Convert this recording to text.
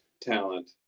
talent